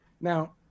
Now